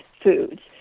foods